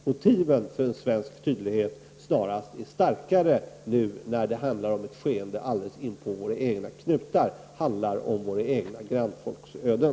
Motiven för svensk tydlighet är snarast starkare nu, när det handlar om ett skeende inpå våra egna knutar, när det handlar om våra grannfolks öden.